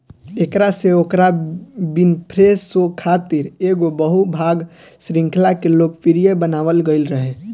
एकरा से Oprah Winfrey show खातिर एगो बहु भाग श्रृंखला के लोकप्रिय बनावल गईल रहे